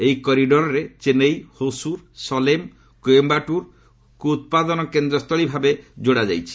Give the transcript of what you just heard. ଏହି କରିଡ୍ରରେ ଚେନ୍ନାଇ ହୋସୁର ସଲେମ୍ କୋଇୟାଟୁରକୁ ଉତ୍ପାଦନ କେନ୍ଦ୍ରସ୍ଥଳୀଭାବେ ଯୋଡାଯାଇଛି